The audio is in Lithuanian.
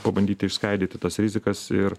pabandyti išskaidyti tas rizikas ir